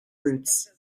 roots